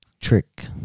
trick